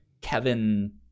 Kevin